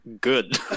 good